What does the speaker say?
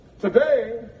today